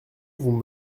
vous